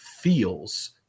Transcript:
feels